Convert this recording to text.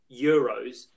Euros